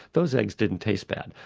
those eggs didn't taste bad.